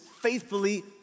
faithfully